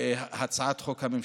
להצעת החוק הממשלתית.